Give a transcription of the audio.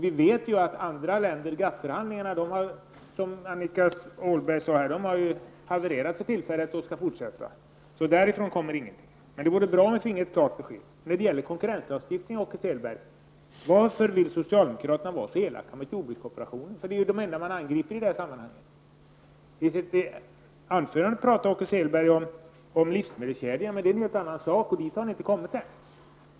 Vi vet att andra länder i GATT-förhandlingarna har havererat för tillfället och skall fortsätta senare -- som även Annika Åhnberg sade tidigare. Därifrån kom ingenting. Det vore bra om vi finge ett klart besked. Vidare har vi frågan om konkurrenslagstiftningen. Varför vill socialdemokraterna, Åke Selberg, vara så elaka mot jordbrukskooperationen? De är de enda man angriper i sammanhanget. Åke Selberg talar i sitt anförande om livsmedelskedjan. Men det är en helt annan sak. Dit har vi inte kommit än.